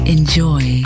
Enjoy